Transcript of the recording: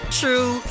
true